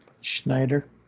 Schneider